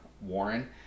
Warren